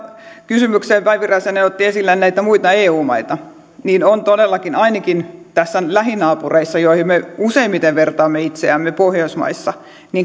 kysymykset päivi räsänen otti esille näitä muita eu maita on todellakin ainakin tässä lähinaapureissa joihin me useimmiten vertaamme itseämme pohjoismaissa